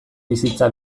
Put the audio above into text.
bizitza